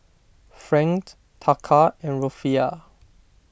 Franc Taka and Rufiyaa